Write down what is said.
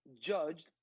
judged